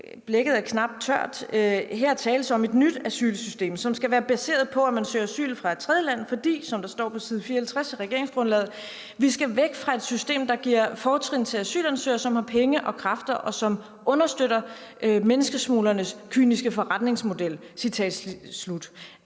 blækket er knap tørt. Her tales om et nyt asylsystem, som skal være baseret på, at man søger asyl fra et tredjeland, fordi, som der står på side 54 i regeringsgrundlaget: »Vi skal væk fra et system, der giver fortrin til asylansøgere, som har penge og kræfter, og som understøtter menneskesmuglernes kyniske forretningsmodel.«